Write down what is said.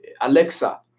Alexa